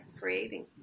creating